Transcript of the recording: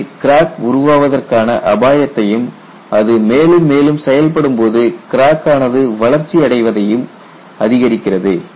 இது கிராக் உருவாவதற்கான அபாயத்தையும் அது மேலும் மேலும் செயல்படும்போது கிராக் ஆனது வளர்ச்சி அடைவதையும் அதிகரிக்கிறது